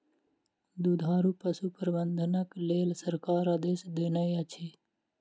दुधारू पशु प्रबंधनक लेल सरकार आदेश देनै अछि